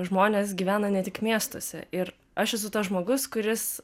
žmonės gyvena ne tik miestuose ir aš esu tas žmogus kuris